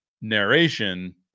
narration